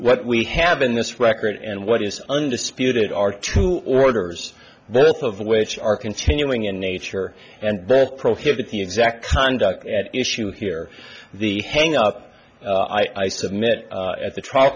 what we have in this record and what is undisputed are two orders birth of which are continuing in nature and then prohibit the exact conduct at issue here the hang up i submit at the trial